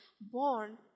born